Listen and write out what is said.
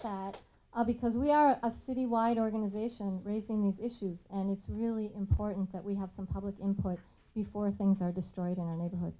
that because we are a city wide organization raising these issues and it's really important that we have some public input before things are destroyed in a neighborhood